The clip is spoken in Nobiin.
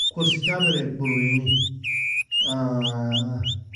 kursijabi burwi ni,